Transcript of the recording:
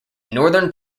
northern